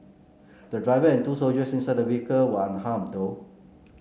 the driver and two soldiers inside the vehicle were unharmed though